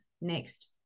next